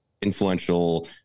influential